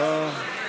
תראה,